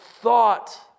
thought